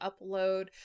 upload